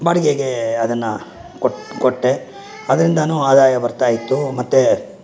ಬಾಡಿಗೆಗೆ ಅದನ್ನು ಕೊಟ್ಟೆ ಅದರಿಂದಲೂ ಆದಾಯ ಬರ್ತಾಯಿತ್ತು ಮತ್ತೆ